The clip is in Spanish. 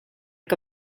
que